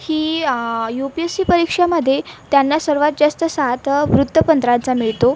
ही U P S C परीक्षामध्ये त्यांना सर्वात जास्त साथ वृत्तपत्रांचा मिळतो